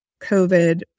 COVID